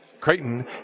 Creighton